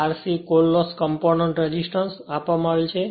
RC core loss component resistance આપવામાં આવેલ છે